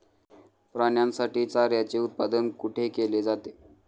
प्राण्यांसाठी चाऱ्याचे उत्पादन कुठे केले जाते?